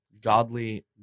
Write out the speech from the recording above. godly